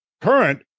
current